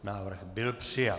Návrh byl přijat.